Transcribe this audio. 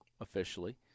officially